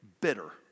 bitter